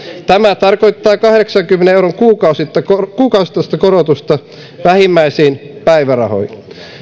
tämä tarkoittaa kahdeksankymmenen euron kuukausittaista kuukausittaista korotusta vähimmäispäivärahoihin